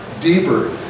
deeper